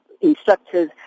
instructors